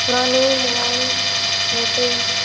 पुराने मोबाइल छोटे स